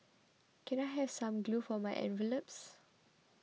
can I have some glue for my envelopes